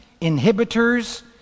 inhibitors